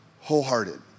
Wholehearted